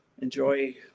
enjoy